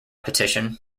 petition